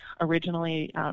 originally